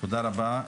תודה רבה,